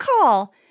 call